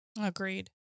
Agreed